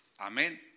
Amén